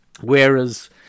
whereas